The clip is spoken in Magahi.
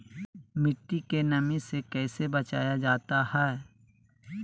मट्टी के नमी से कैसे बचाया जाता हैं?